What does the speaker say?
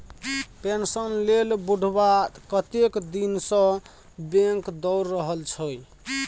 pension लेल बुढ़बा कतेक दिनसँ बैंक दौर रहल छै